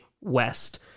West